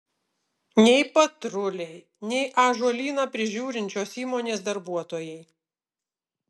nei patruliai nei ąžuolyną prižiūrinčios įmonės darbuotojai